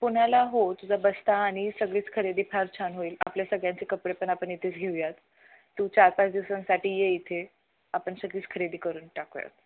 पुण्याला हो तुझा बस्ता आणि सगळीचं खरेदी फार छान होईल आपल्या सगळ्यांचे कपडे पण आपण इथेच घेऊ या तू चार पाच दिवसांसाठी ये इथे आपण सगळीचं खरेदी करून टाकूयात